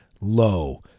low